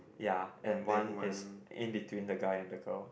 ya and one is in between the guy and the girl